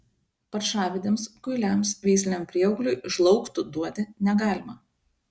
paršavedėms kuiliams veisliniam prieaugliui žlaugtų duoti negalima